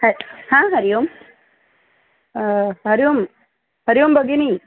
हरिः हरिः हरिः ओं हरिः ओं हरिः ओं भगिनी